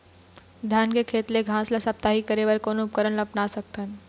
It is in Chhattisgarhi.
धान के खेत ले घास ला साप्ताहिक करे बर कोन उपकरण ला अपना सकथन?